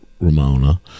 Ramona